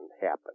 happen